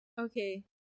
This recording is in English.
Okay